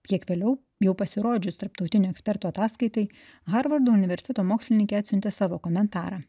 kiek vėliau jau pasirodžius tarptautinių ekspertų ataskaitai harvardo universiteto mokslininkai atsiuntė savo komentarą